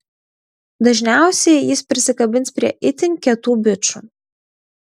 dažniausiai jis prisikabins prie itin kietų bičų